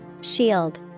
Shield